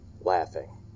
laughing